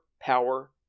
power